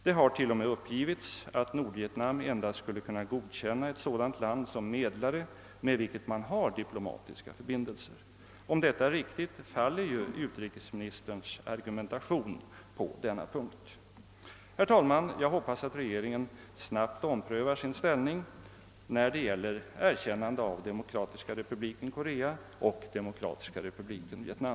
Det har t.o.m. uppgivits att Nordvietnam endast skulle kunna godkänna ett sådant land som medlare, med vilket man har diplomatiska förbindelser. Om detta är riktigt, faller ju utrikesministerns argumentation på denna punkt. Herr talman! Jag hoppas att regeringen snabbt omprövar sin ställning när det gäller erkännande av Demokratiska republiken Korea och Demokratiska republiken Vietnam.